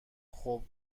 خوب